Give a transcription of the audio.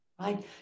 right